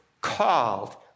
called